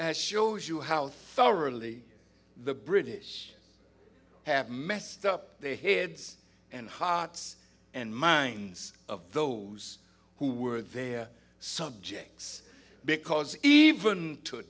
and shows you how thorough only the british have messed up their here and hearts and minds of those who were there subjects because even to